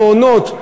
המעונות,